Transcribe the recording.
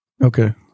Okay